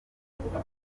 mukorogo